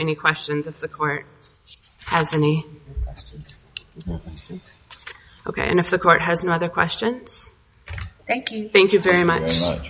any questions of the court has any ok and if the court has no other questions thank you thank you very much